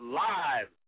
live